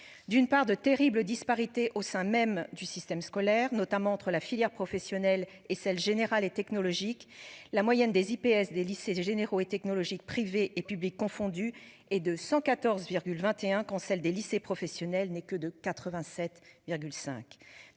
D'une part de terribles disparités au sein même du système scolaire, notamment entre la filière professionnelle et c'est le général et technologique. La moyenne des IPS des lycées généraux et technologiques, privé et public confondus, est de 114 21 quand celle des lycées professionnels n'est que de 87,5,